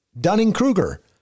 Dunning-Kruger